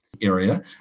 area